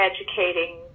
educating